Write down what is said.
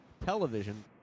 television